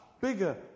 bigger